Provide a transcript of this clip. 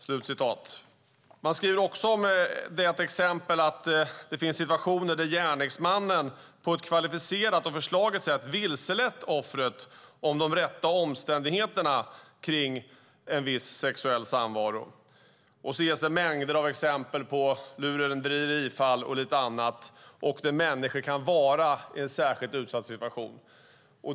Vidare framgår det att det finns situationer där gärningsmannen på ett kvalificerat och förslaget sätt vilselett offret om de rätta omständigheterna kring en viss sexuell samvaro. Sedan ges mängder av exempel på lurendrejerifall och lite annat där människor kan vara i en särskilt utsatt situation.